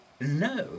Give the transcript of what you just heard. No